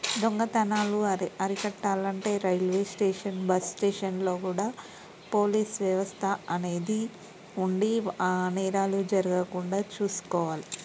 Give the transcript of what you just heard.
దొంగతనాలు అరి అరికట్టాలంటే రైల్వే స్టేషన్ బస్ స్టేషన్లో కూడా పోలీస్ వ్యవస్థ అనేది ఓన్లీ నేరాలు జరగకుండా చూసుకోవాలి